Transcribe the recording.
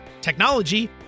technology